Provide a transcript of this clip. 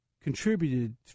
contributed